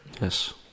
Yes